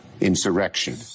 insurrection